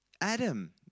Adam